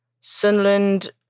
Sunland